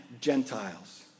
Gentiles